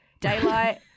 daylight